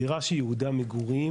דירה שיעודה מגורים,